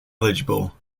eligible